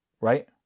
Right